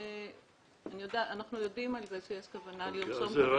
אנחנו יודעים שיש כוונה לרשום את קבלני הפיגומים.